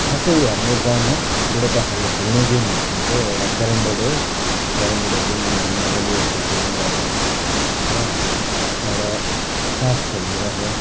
खासै हाम्रो गाउँमा बुढोपाकाले खेल्ने गेम भनेको एउटा क्यारेमबोर्ड हो क्यारेमबोर्डहरू उनीहरूले मज्जाले यसो खेल्ने गर्छ र एउटा तास खेल्ने गर्छ